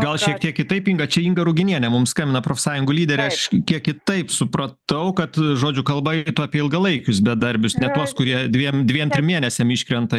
gal šiek tiek kitaip inga čia inga ruginienė mums skambina profsąjungų lyderė aš kiek kitaip supratau kad žodžiu kalba eitų apie ilgalaikius bedarbius ne tuos kurie dviem dviem trim mėnesiam iškrenta